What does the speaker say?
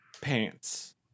pants